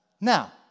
now